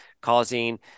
causing